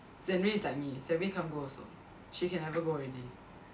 Zen Wei is like me Zen Wei can't go also she can never go already